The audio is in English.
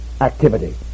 activity